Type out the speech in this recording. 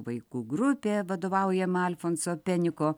vaikų grupė vadovaujama alfonso peniko